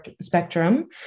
spectrum